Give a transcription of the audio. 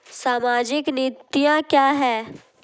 सामाजिक नीतियाँ क्या हैं?